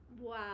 Wow